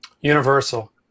Universal